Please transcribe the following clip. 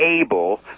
able